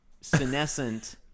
senescent